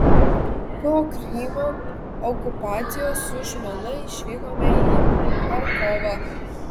po krymo okupacijos su žmona išvykome į charkovą